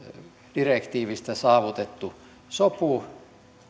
direktiivistä saavutettu sopu